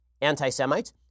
anti-Semites